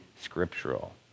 scriptural